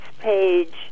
page